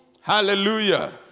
Hallelujah